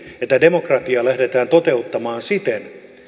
että demokratiaa lähdetään toteuttamaan siten